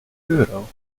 euro